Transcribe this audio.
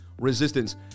resistance